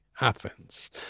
Athens